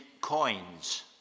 coins